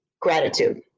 Gratitude